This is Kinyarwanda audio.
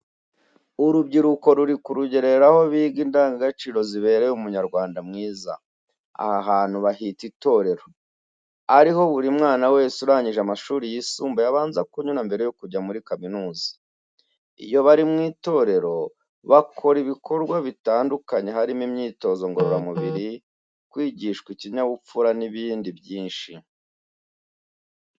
Urubyiruko ruri ku rugerero aho biga indangagaciro zibereye Umunyarwanda mwiza. Aha hantu bakunda kuhita ''Itorero'' ariho buri mwana wese urangije amashuri y'isumbuye abanza kunyura mbere yo kujya muri kaminuza. Iyo bari mu itorero bakora ibikorwa bitandukanye harimo imyitozo ngororamubiri, kwigishwa ikinyabupfura n'ibindi byinshi.